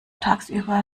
tagsüber